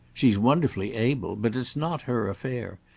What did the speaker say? she's wonderfully able, but it's not her affair,